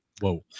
Whoa